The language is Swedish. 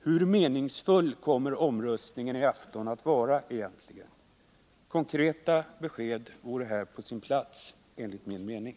Hur meningsfull kommer omröstningen i afton att vara egentligen? Konkreta besked vore här på sin plats, enligt min mening.